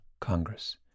Congress